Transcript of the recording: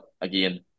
again